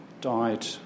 died